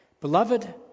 Beloved